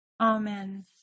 Amen